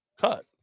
cut